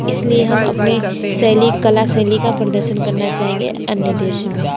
इस लिए हम अपनी शैली कला शैली का प्रदर्शन करना चाहेंगे अन्य देश में